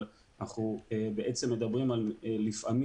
אבל אנחנו בעצם מדברים לפעמים על